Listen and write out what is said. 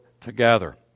together